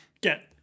get